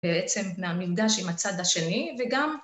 בעצם מהמפגש עם הצד השני וגם